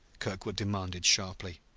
kirkwood demanded sharply.